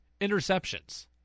interceptions